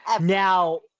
Now